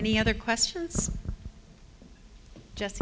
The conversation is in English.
any other questions just